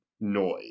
noise